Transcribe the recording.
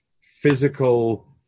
physical